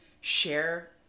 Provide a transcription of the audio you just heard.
share